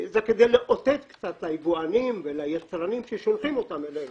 זה כדי לאותת ליבואנים והיצרנים ששולחים אותם אלינו